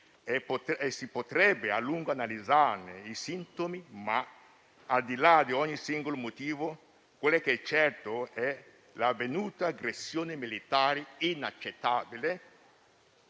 e si potrebbe a lungo analizzarne i sintomi ma, al di là di ogni singolo motivo, quel che è certo è l'avvenuta aggressione militare inaccettabile